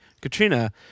Katrina